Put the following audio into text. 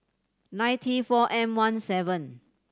nine T four M One seven